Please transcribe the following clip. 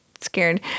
scared